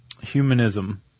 humanism